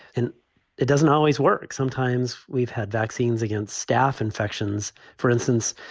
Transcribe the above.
and it doesn't always work sometimes. we've had vaccines against staph infections, for instance,